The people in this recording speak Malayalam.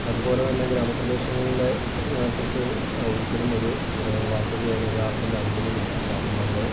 അതുപോലെ തന്നെ ഗ്രാമപ്രദേശങ്ങളിലെ കുറിച്ചു ഒരിക്കലും ഒരു വാർത്ത ചെയ്യാൻ ഒരാൾക്കും താൽപ്പര്യമില്ല കാരണം അവിടെ